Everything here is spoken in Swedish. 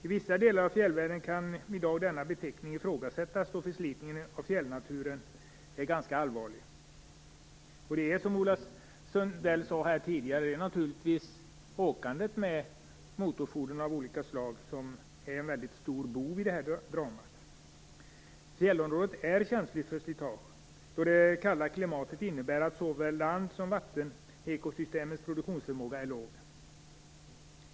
I vissa delar av fjällvärlden kan i dag denna beteckning ifrågasättas, då förslitningen av fjällnaturen är ganska allvarlig. Det är, som Ola Sundell sade tidigare, naturligtvis åkandet med motorfordon av olika slag som är en mycket stor bov i det här dramat. Fjällområdet är känsligt för slitage, då det kalla klimatet innebär att såväl land som vattenekosystemets produktionsförmåga är låg.